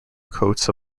coats